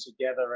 together